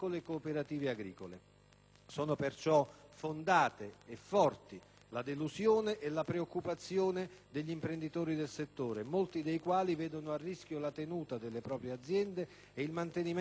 Sono perciò fondate e forti la delusione e la preoccupazione degli imprenditori del settore, molti dei quali vedono a rischio la tenuta delle proprie aziende e il mantenimento dei livelli occupazionali.